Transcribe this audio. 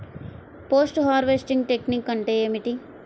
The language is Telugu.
పోస్ట్ హార్వెస్టింగ్ టెక్నిక్ అంటే ఏమిటీ?